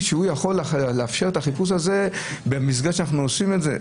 יכול לאפשר את החיפוש הזה במסגרת בה אנחנו עושים את זה?